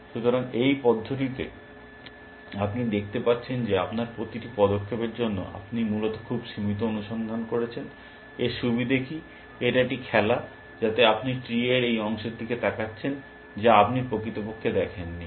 সুতরাং এই পদ্ধতিতে আপনি দেখতে পাচ্ছেন যে আপনার প্রতিটি পদক্ষেপের জন্য আপনি মূলত খুব সীমিত অনুসন্ধান করছেন এর সুবিধা কী এটি একটি খেলা এবং যাতে আপনি ট্রি এর এই অংশের দিকে তাকাচ্ছেন যা আপনি প্রকৃতপক্ষে দেখেননি